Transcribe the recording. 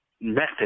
method